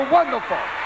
Wonderful